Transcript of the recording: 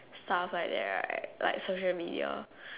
stuff like that right like social media